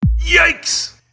yikes!